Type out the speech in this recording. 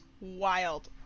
Wild